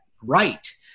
right